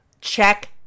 check